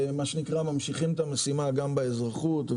שממשיכים את המשימה גם באזרחות,